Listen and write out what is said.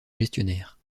gestionnaire